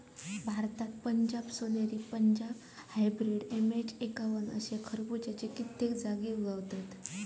भारतात Punjab Soneri, Punjab hybrid, MH एक्कावन्न अशे खरबुज्याची कित्येक जाती उगवतत